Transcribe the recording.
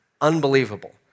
Unbelievable